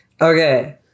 Okay